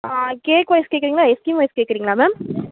ஆ cake wise கேட்குறீங்களா ice cream wise கேட்குறீங்களா ma'am